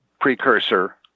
precursor